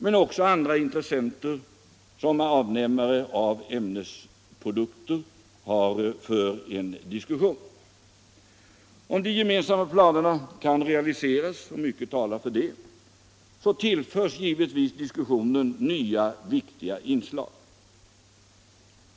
Men också andra avnämare av ämnesprodukter har intresse. Om de gemensamma planerna kan realiseras, och mycket talar för det, tillförs givetvis diskussionen nya viktiga inslag.